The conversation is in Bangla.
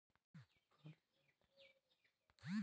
পুদিলা শস্যের ইকট ধরল যেটতে চিয়া বীজ হ্যয়